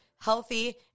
healthy